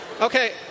Okay